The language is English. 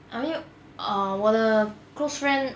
I mean uh 我的 close friend